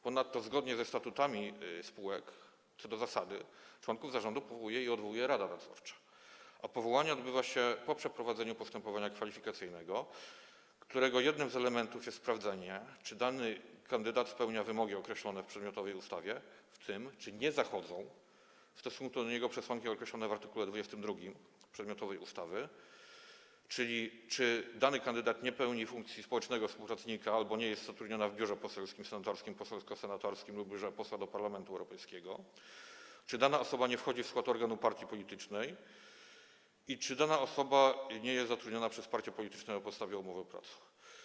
Ponadto zgodnie ze statutami spółek co do zasady członków zarządu powołuje i odwołuje rada nadzorcza, a powołanie odbywa się po przeprowadzeniu postępowania kwalifikacyjnego, którego jednym z elementów jest sprawdzenie, czy dany kandydat spełnia wymogi określone w przedmiotowej ustawie, w tym czy nie zachodzą w stosunku do niego przesłanki określone w art. 22 przedmiotowej ustawy, czyli czy dany kandydat nie pełni funkcji społecznego współpracownika albo nie jest zatrudniony w biurze poselskim, senatorskim, poselsko-senatorskim lub biurze posła do Parlamentu Europejskiego, czy nie wchodzi on w skład organu partii politycznej i czy jest zatrudniony przez partie polityczne na podstawie umowy o pracę.